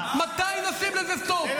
מה הקשר?